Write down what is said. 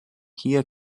hier